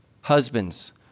Husbands